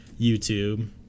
YouTube